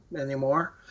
anymore